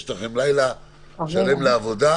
יש לכם לילה שלם לעבוד,